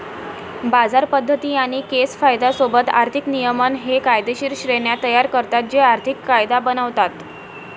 बाजार पद्धती आणि केस कायदा सोबत आर्थिक नियमन हे कायदेशीर श्रेण्या तयार करतात जे आर्थिक कायदा बनवतात